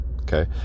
Okay